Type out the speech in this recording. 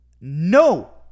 no